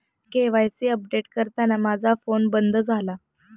KYC update करताना माझा phone बंद झाला